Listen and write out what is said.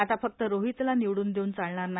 आताए फक्त रोहितला निवडून देऊन चालणार नाही